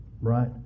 Right